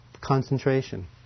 concentration